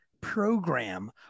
program